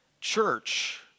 Church